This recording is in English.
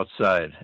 outside